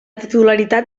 titularitat